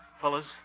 fellas